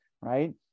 right